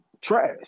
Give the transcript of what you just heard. trash